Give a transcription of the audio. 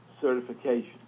certification